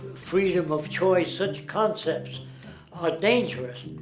freedom of choice such concepts are dangerous!